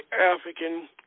African